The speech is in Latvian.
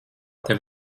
tev